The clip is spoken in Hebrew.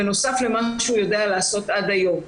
בנוסף למה שהוא יודע לעשות עד היום.